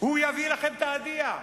הוא יביא לכם "תהדיה".